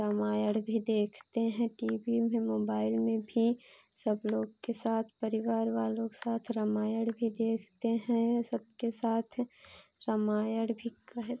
रामायण भी देखते हैं टी बी में मोबाइल में भी सब लोग के साथ परिवार वालों के साथ रामायण भी देखते हैं यह सबके साथ रामायण भी कहे